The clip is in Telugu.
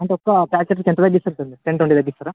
ఒక ప్యాకెట్కి ఎంత తగ్గిస్తారు సార్ మీరు టెన్ ట్వంటీ తగ్గిస్తారా